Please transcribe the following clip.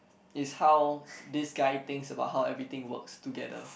is how this guy thinks about how everything works together